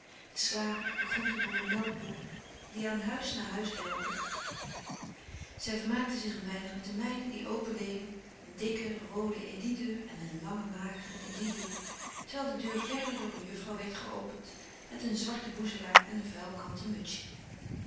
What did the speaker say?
den slager den groenteboer den melkboer die aan huis na huis belden zij vermaakte zich een weinig met de meiden die open deden een dikke roode in die deur en een lange magere in die deur terwijl de deur verder door een juffrouw werd geopend met een zwarten boezelaar en een vuil kanten mutsje